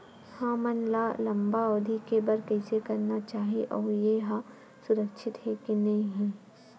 हमन ला लंबा अवधि के बर कइसे करना चाही अउ ये हा सुरक्षित हे के नई हे?